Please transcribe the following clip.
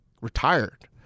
retired